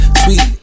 sweet